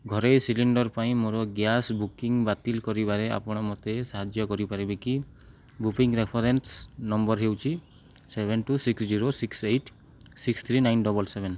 ଘରୋଇ ସିଲିଣ୍ଡର୍ ପାଇଁ ମୋର ଗ୍ୟାସ୍ ବୁକିଂ ବାତିଲ କରିବାରେ ଆପଣ ମୋତେ ସାହାଯ୍ୟ କରିପାରିବେ କି ବୁକିଂ ରେଫରେନ୍ସ ନମ୍ବର ହେଉଛି seven two six zero six eight six three nine seven seven